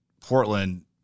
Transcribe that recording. Portland